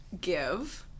give